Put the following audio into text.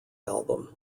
album